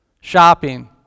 shopping